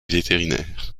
vétérinaire